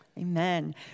Amen